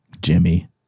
Jimmy